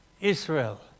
Israel